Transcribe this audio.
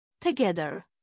Together